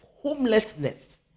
homelessness